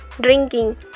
drinking